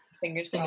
Fingers